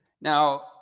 Now